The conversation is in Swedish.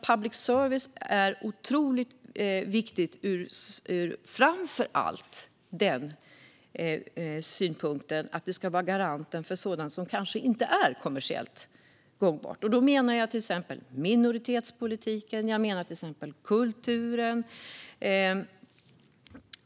Public service är otroligt viktigt framför allt som garant för sådant som kanske inte är kommersiellt gångbart. Jag menar till exempel minoritetspolitiken och kulturen.